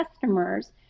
customers